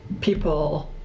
people